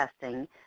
testing